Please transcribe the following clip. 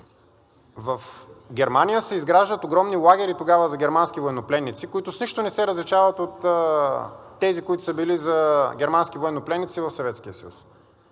в Германия се изграждат огромни лагери тогава за германски военнопленници, които с нищо не се различават от тези, които са били за германски военнопленници в